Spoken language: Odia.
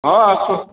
ହଁ ଆସ